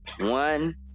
One